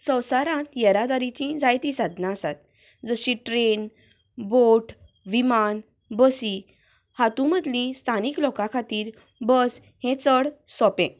संवसारांत येरादारीची जायती साधनां आसात जशी ट्रेन बोट विमान बसी हातूंत मदली स्थानीक लोकां खातीर बस हें चड सोंपें